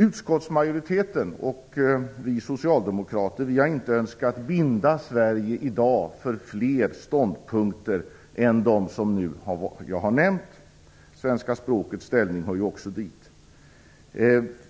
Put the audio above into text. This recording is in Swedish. Utskottsmajoriteten och vi socialdemokrater har i dag inte önskat binda Sverige för fler ståndpunkter än de som jag nu har nämnt. Dit hör ju också det svenska språkets ställning.